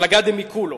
מפלגה דמיקולו.